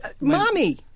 mommy